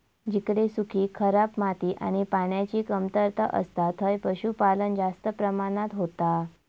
जिकडे सुखी, खराब माती आणि पान्याची कमतरता असता थंय पशुपालन जास्त प्रमाणात होता